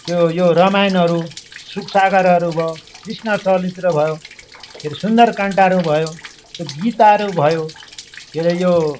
त्यो यो रामायणहरू सुख सागरहरू भयो कृष्ण चरित्र भयो फेरि सुन्दर काण्डहरू भयो जस्तो गिताहरू भयो के अरे यो